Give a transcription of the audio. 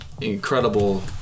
incredible